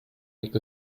make